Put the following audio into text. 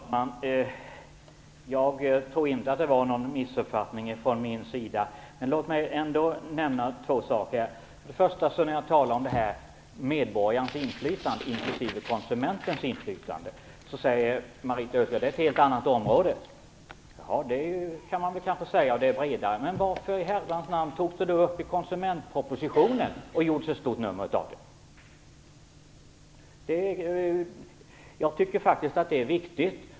Fru talman! Jag tror inte att det var en missuppfattning från min sida. Låt mig ändå nämna två saker! Det första jag talade om var medborgarens, inklusive konsumentens, inflytande. Marita Ulvskog säger att det är ett helt annat område. Det kan man kanske säga. Det är bredare. Men varför i herrans namn togs det då upp och gjordes ett stort nummer av i konsumentpropositionen? Jag tycker faktiskt att det är viktigt.